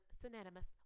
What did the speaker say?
synonymous